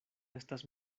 estas